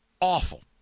awful